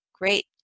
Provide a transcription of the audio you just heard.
great